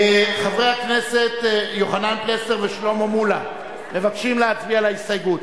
חברי הכנסת יוחנן פלסנר ושלמה מולה מבקשים להצביע על ההסתייגות.